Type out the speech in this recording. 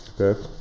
okay